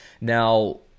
Now